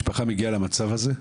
משפחה מגיעה למצב הזה,